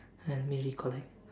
let me recollect